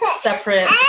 separate